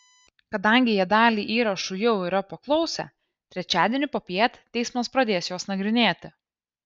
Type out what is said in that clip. kadangi jie dalį įrašų jau yra paklausę trečiadienį popiet teismas pradės juos nagrinėti